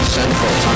Central